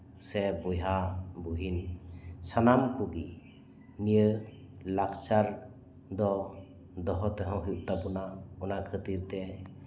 ᱥᱮ ᱵᱚᱭᱦᱟ ᱵᱩᱦᱤᱱ ᱥᱟᱱᱟᱢ ᱠᱚᱜᱮ ᱱᱤᱭᱟᱹ ᱞᱟᱠᱪᱟᱨ ᱫᱚ ᱫᱚᱦᱚ ᱛᱮᱦᱚᱸ ᱦᱩᱭᱩᱜ ᱛᱟᱵᱚᱱᱟ ᱟᱱ ᱠᱷᱟᱹᱛᱤᱨ ᱛᱮ